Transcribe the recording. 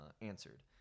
answered